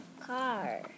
car